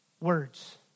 words